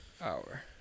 hour